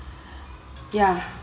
ya